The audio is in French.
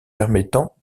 permettant